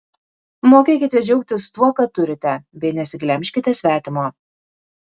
mokėkite džiaugtis tuo ką turite bei nesiglemžkite svetimo